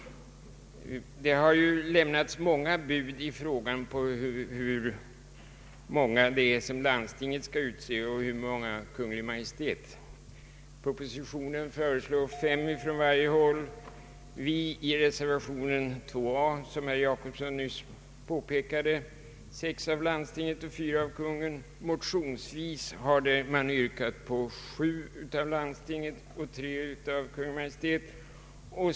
Det har ju lämnats många bud om hur många som skall utses av landstinget och hur många Kungl. Maj:t skall utse. I propositionen föreslås fem från vartdera hållet. I reservationen 2 a till statsutskottets utlåtande nr 132 föreslås, som herr Per Jacobsson nyss påpekade, att sex ledamöter utses av landstinget och fyra av Kungl. Maj:t. Motionsvis har yrkats på att sju utses av landstinget och tre av Kungl. Maj:t.